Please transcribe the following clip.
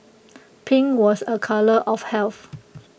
pink was A colour of health